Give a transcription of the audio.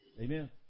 Amen